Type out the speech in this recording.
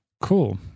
cool